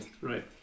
Right